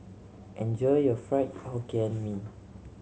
enjoy your Fried Hokkien Mee